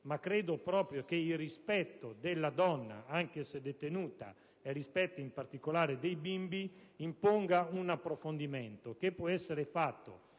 ma credo proprio che il rispetto della donna, anche se detenuta, e in particolare dei bimbi imponga un approfondimento, che può essere fatto